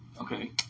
Okay